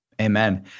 Amen